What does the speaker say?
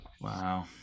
Wow